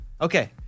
Okay